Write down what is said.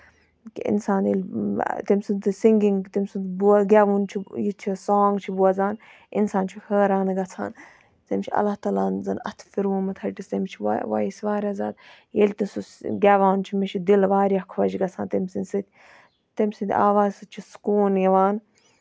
کہِ اِنسان ییٚلہِ تٔمۍ سُند سِنگِنگ تٔمۍ سُند گٮ۪وُن چھُ یہِ چھُ سونگ چھُ بوزان اِنسان چھُ ہٲران گژھان تٔمِس چھُ اَللہ تعالٰی ہن زَن اَتھٕ پھروٗمٕتۍ ۂٹِس تٔمِس چھُ وایِس واریاہ زیادٕ ییٚلہِ تہِ سُہ گیوان چھُ مےٚ چھُ دِل واریاہ خۄش گژھان تٔمۍ سٕندۍ سۭتۍ تٔمۍ سٕندۍ آوزا سۭتۍ چھُ سکوٗن یِوان